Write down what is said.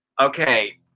Okay